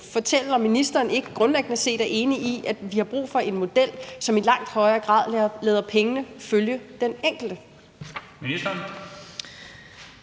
fortælle, om ministeren grundlæggende set ikke er enig i, at vi har brug for en model, som i langt højere grad lader pengene følge den enkelte?